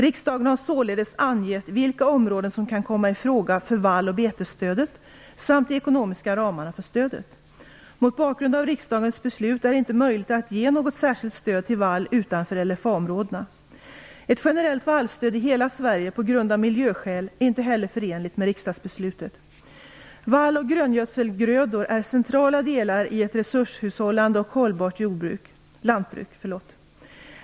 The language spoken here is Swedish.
Riksdagen har således angett vilka områden som kan komma i fråga för vall och betesstödet samt de ekonomiska ramarna för stödet. Mot bakgrund av riksdagens beslut är det inte möjligt att ge något särskilt stöd till vall utanför LFA-områdena. Ett generellt vallstöd i hela Sverige av miljöskäl är inte heller förenligt med riksdagsbeslutet. Vall och gröngödslingsgrödor är centrala delar i ett resurshushållande och hållbart lantbruk.